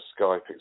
Skype